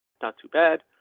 not too bad.